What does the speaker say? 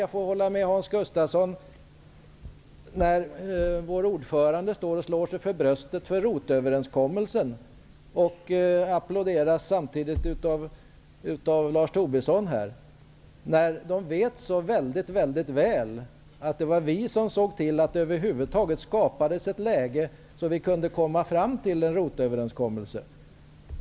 Jag instämmer i vad Hans Gustafsson sade om att vår ordförande här slår sig för bröstet för ROT överenskommelsen och samtidigt applåderas av Lars Tobisson, trots att de så väl vet att det var vi som såg till att det över huvud taget skapades ett sådant läge att vi kunde komma fram till en ROT överenskommelse.